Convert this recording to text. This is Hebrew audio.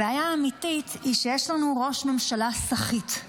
הבעיה האמיתית היא שיש לנו ראש ממשלה סחיט,